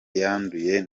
yanduye